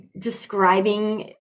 describing